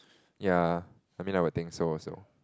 ya I mean I would think so also